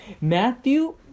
Matthew